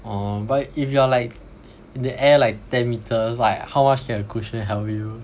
orh but if you are like in the air like ten metres like how much can a cushion help you